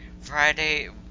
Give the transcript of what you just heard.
Friday